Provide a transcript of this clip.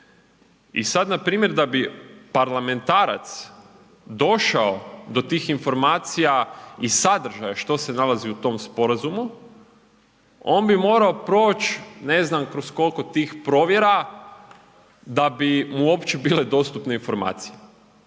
i sada npr. da bi parlamentarac došao do tih informacija i sadržaja što se nalazi u tom sporazumu, on bi morao proć ne znam kroz koliko tih provjera da bi mu uopće bile dostupne informacije.